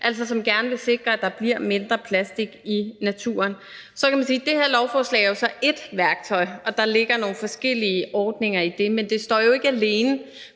altså som gerne vil sikre, at der bliver mindre plastik i naturen. Det her lovforslag er ét værktøj, og der ligger nogle forskellige ordninger i det, men det står jo ikke alene,